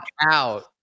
out